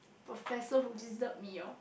professor who disturbed me orh